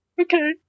Okay